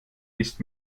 ist